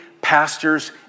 pastors